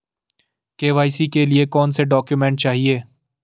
KYC के लिए कौनसे डॉक्यूमेंट चाहिये?